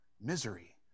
misery